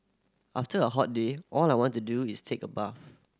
after a hot day all I want to do is take a bath